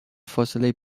فاصله